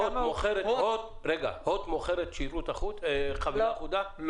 הוט מוכרת חבילה אחודה?